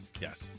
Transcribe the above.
yes